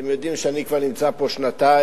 אתם יודעים שאני כבר נמצא פה שנתיים,